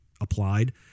applied